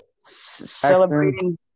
Celebrating